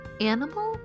animal